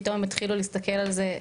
פתאום הם התחילו להסתכל על זה,